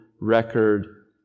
record